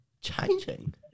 changing